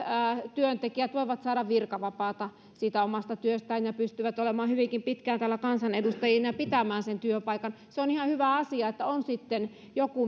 työntekijät voivat saada virkavapaata siitä omasta työstään ja pystyvät olemaan hyvinkin pitkään täällä kansanedustajina ja pitämään sen työpaikan se on ihan hyvä asia että on sitten jokin